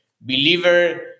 believer